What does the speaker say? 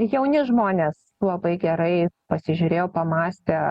jauni žmonės labai gerai pasižiūrėjo pamąstė